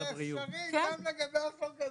מה שאומר שזה אפשרי גם לגבי החוק הזה.